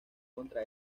contra